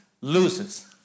loses